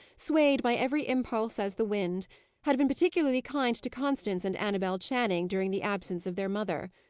swayed by every impulse as the wind had been particularly kind to constance and annabel channing during the absence of their mother.